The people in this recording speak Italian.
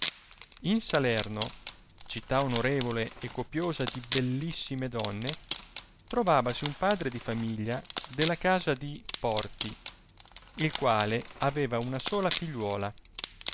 in salerno citta onorevole e copiosa di bellissime donne trovavasi un padre dì famiglia della casa di porti il quale aveva una sola figliuola